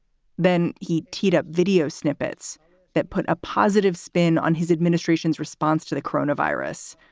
then he teed up video snippets that put a positive spin on his administration's response to the corona virus,